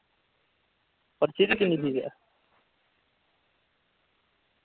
एह्दी किन्नी फीस ऐ